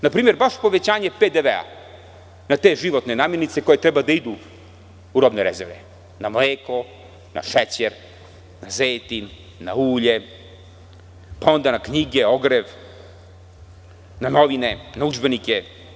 Na primer, baš povećanje PDV na te životne namernice koje treba da idu u robne rezerve, na mleko, na šećer, na zejtin, na ulje, na knjige, ogrev, na novine, na udžbenike.